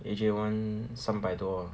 A_J [one] 三百多 ah